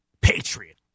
patriot